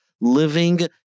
living